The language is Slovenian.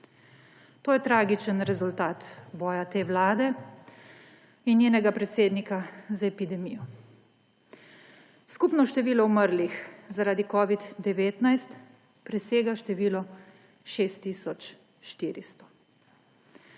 To je tragičen rezultat boja te vlade in njenega predsednika z epidemijo. Skupno število umrlih zaradi covida-19 presega število 6